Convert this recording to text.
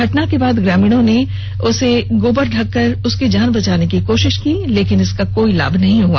घटना के बाद ग्रामीणों ने गोबर में ढंककर उसकी जान बचाने की कोशिश की लेकिन इसका कोई लाभ नहीं हुआ